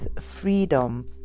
freedom